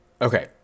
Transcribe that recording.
okay